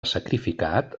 sacrificat